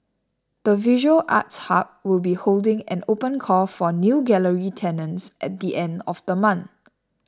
the visual arts hub will be holding an open call for new gallery tenants at the end of the month